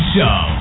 Show